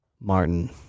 Martin